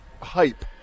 hype